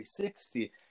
360